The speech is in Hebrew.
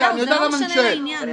אני יודע למה אני שואל.